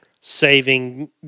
saving